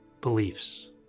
beliefs